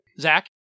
Zach